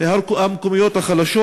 המקומיות החלשות?